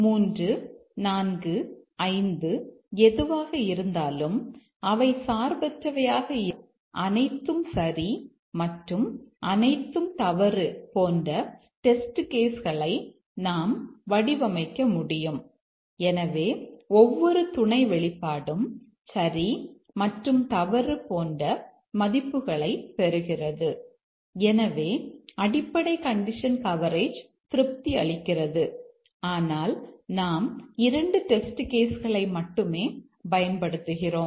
3 4 5 எதுவாக இருந்தாலும் அவை சார்பற்றவையாக இருந்தால் அனைத்தும் சரி மற்றும் அனைத்தும் தவறு போன்ற டெஸ்ட் கேஸ் களை மட்டுமே பயன்படுத்துகிறோம்